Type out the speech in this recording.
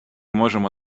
можемо